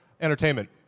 Entertainment